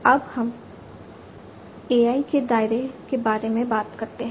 अब हम AI के दायरे के बारे में बात करते हैं